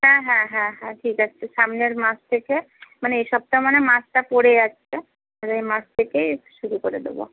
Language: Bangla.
হ্যাঁ হ্যাঁ হ্যাঁ হ্যাঁ ঠিক আছে সামনের মাস থেকে মানে এই সপ্তাহ মানে মাসটা পড়ে যাচ্ছে পরের মাস থেকে শুরু করে দেবো